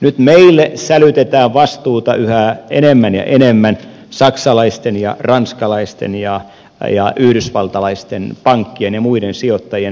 nyt meille sälytetään vastuuta yhä enemmän ja enemmän saksalaisten ja ranskalaisten ja yhdysvaltalaisten pankkien ja muiden sijoittajien vastuista